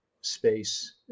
space